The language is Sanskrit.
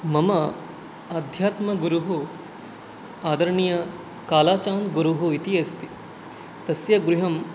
मम आध्यात्मगुरुः आदरणीयकालचान् गुरुः इति अस्ति तस्य गृहं